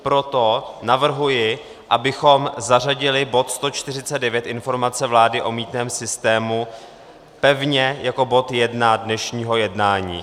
Proto navrhuji, abychom zařadili bod 149 Informace vlády o mýtném systému pevně jako bod jedna dnešního jednání.